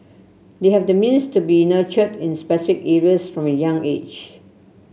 they have the means to be nurtured in specific areas from a young age